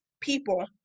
people